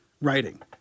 writing